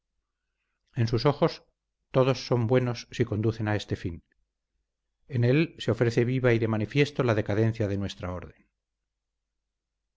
en sus ojos todos son buenos si conducen a este fin en él se ofrece viva y de manifiesto la decadencia de nuestra orden